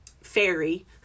fairy